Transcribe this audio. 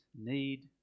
need